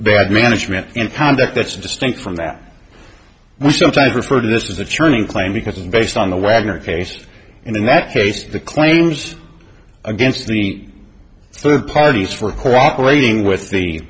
bad management and conduct that's distinct from that we sometimes refer to this as a churning claim because it's based on the wagner case in the next case the claims against the third parties for cooperating with the